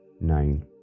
Nine